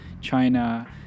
China